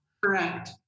Correct